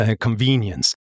convenience